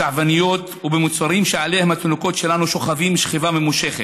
בשעווניות ובמוצרים שעליהם התינוקות שלנו שוכבים שכיבה ממושכת,